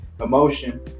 emotion